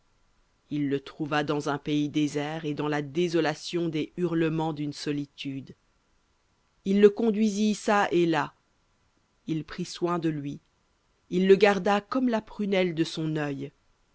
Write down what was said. il le trouva dans un pays désert et dans la désolation des hurlements d'une solitude il le conduisit çà et là il prit soin de lui il le garda comme la prunelle de son œil